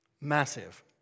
Massive